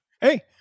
Hey